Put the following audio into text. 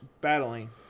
battling